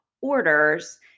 orders